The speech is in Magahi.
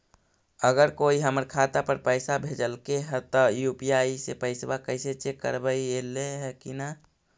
अगर कोइ हमर खाता पर पैसा भेजलके हे त यु.पी.आई से पैसबा कैसे चेक करबइ ऐले हे कि न?